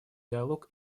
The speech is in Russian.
диалог